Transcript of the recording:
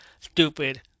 stupid